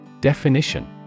Definition